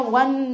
one